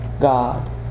God